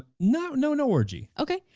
no, no no orgy. okay.